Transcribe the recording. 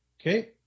Okay